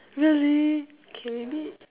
really K maybe